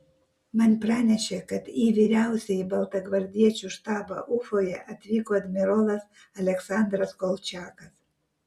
man pranešė kad į vyriausiąjį baltagvardiečių štabą ufoje atvyko admirolas aleksandras kolčiakas